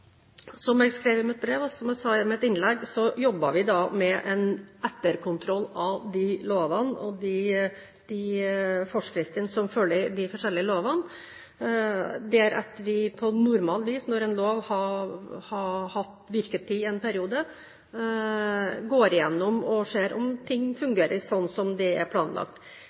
Som jeg skrev i mitt brev, og som jeg sa i mitt innlegg, jobber vi med en etterkontroll av de lovene og de forskriftene som følger de forskjellige lovene, der vi på normalt vis, når en lov har hatt virketid en periode, går gjennom og ser om ting fungerer sånn som det er planlagt.